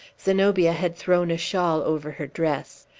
zenobia had thrown a shawl over her dress.